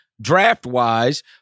draft-wise